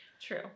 True